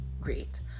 great